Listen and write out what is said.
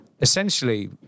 essentially